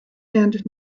and